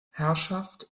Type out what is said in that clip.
herrschaft